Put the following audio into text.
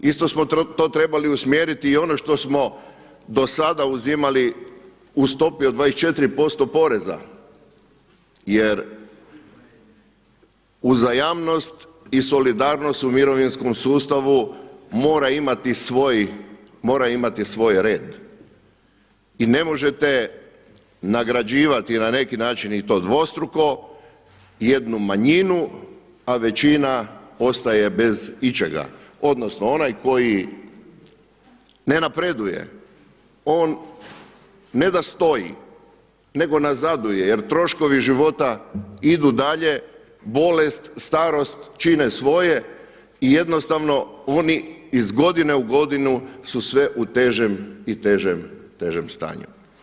Isto smo to trebali usmjeriti i ono što smo do sada uzimali u stopi od 24 posto poreza jer uzajamnost i solidarnost u mirovinskom sustavu mora imati svoj red i ne možete nagrađivati na neki način i to dvostruko jednu manjinu, a većina ostaje bez ičega, odnosno onaj koji ne napreduje, on ne da stoji nego nazaduje jer troškovi života idu dalje, bolest, starost čine svoje i jednostavno oni iz godine u godinu su sve u težem i težem, težem stanju.